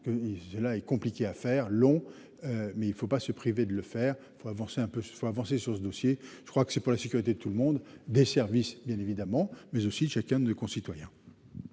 est compliqué à faire long. Mais il ne faut pas se priver de le faire, il faut avancer un peu, faut avancer sur ce dossier. Je crois que c'est pour la sécurité, tout le monde des services. Bien évidemment mais aussi chacun de concitoyens.